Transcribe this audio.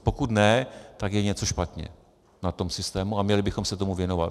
Pokud ne, tak je něco špatně na tom systému a měli bychom se tomu věnovat.